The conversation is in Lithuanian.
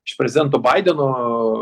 iš prezidento baideno